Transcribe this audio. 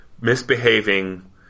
misbehaving